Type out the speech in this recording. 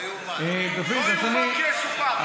לא יאומן כי יסופר.